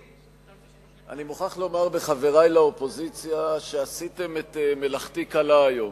אני מוכרח לומר לחברי באופוזיציה שעשיתם את מלאכתי קלה היום.